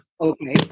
okay